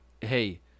hey